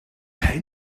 hij